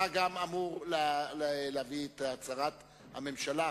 אתה גם אמור להביא את הצהרת הממשלה,